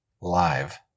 live